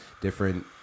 different